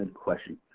question.